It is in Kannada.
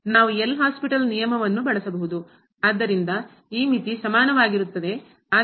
ಆದ್ದರಿಂದ ಈ ಮಿತಿ ಸಮಾನವಾಗಿರುತ್ತದೆ ಆದ್ದರಿಂದ